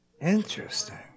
Interesting